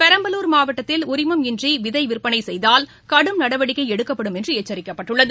பெரம்பலூர் மாவட்டத்தில் உரிமம் இன்றி விதை விற்பனை செய்தால் கடும் நடவடிக்கை எடுக்கப்படும் என்று எச்சரிக்கப்பட்டுள்ளது